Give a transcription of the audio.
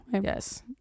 yes